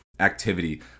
activity